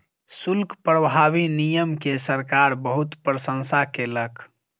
शुल्क प्रभावी नियम के सरकार बहुत प्रशंसा केलक